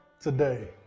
today